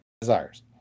desires